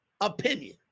opinion